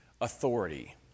authority